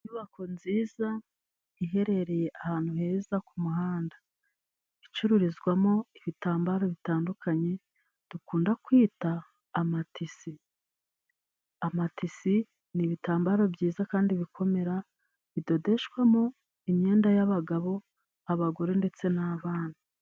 Inyubako nziza iherereye ahantu heza ku muhanda, icururizwamo ibitambaro bitandukanye dukunda kwita amatisi. Amatisi ni ibitambaro byiza kandi bikomera, bidodeshwamo imyenda y'abagabo, abagore ndetse n'abana.